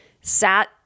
sat